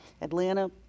Atlanta